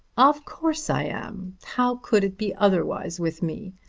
of course i am. how could it be otherwise with me?